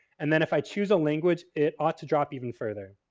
and then if i choose a language it ought to drop even further.